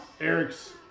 Eric's